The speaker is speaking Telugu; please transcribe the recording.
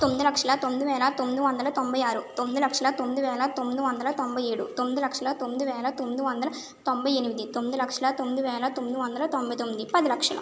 తొమ్మిది లక్షల తొమ్మిది వేల తొమ్మిది వందల తొంభై ఆరు తొమ్మిది లక్షల తొమ్మిది వేల తొమ్మిది వందల తొంభై ఏడు తొమ్మిది లక్షల తొమ్మిది వేల తొమ్మిది వందల తొంభై ఎనిమిది తొమ్మిది లక్షల తొమ్మిది వేల తొమ్మిది వందల తొంభై తొమ్మిది పది లక్షలు